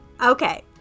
okay